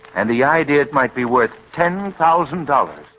and the idea might be worth ten thousand dollars.